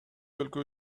өлкө